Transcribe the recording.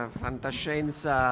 fantascienza